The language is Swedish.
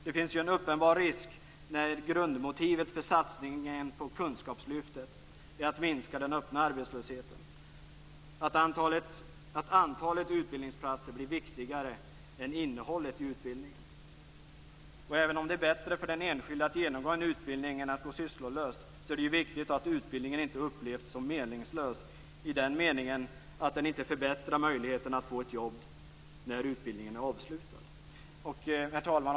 Det finns en uppenbar risk när grundmotivet för satsningen på kunskapslyftet är att minska den öppna arbetslösheten att antalet utbildningsplatser blir viktigare än innehållet i utbildningen. Även om det är bättre för den enskilde att genomgå en utbildning än att gå sysslolös, är det viktigt att utbildningen inte upplevs som meningslös i den meningen att den inte förbättrar möjligheterna att få ett jobb när utbildningen är avslutad. Herr talman!